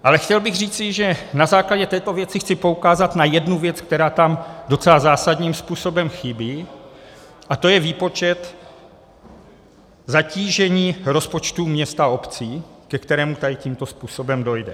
Ale chtěl bych říci, že na základě této věci chci poukázat na jednu věc, která tam docela zásadním způsobem chybí, a to je výpočet zatížení rozpočtů měst a obcí, ke kterému tady tímto způsobem dojde.